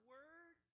Word